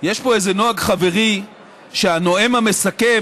יש פה איזה נוהג חברי שהנואם המסכם,